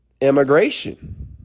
immigration